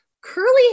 curly